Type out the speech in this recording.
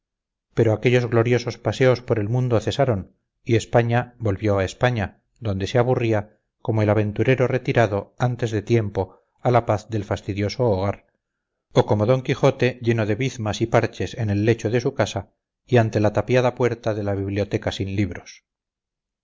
pero aquellos gloriosos paseos por el mundo cesaron y españa volvió a españa donde se aburría como el aventurero retirado antes de tiempo a la paz del fastidioso hogar o como don quijote lleno de bizmas y parches en el lecho de su casa y ante la tapiada puerta de la biblioteca sin libros